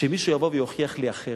שמישהו יבוא ויוכיח לי אחרת.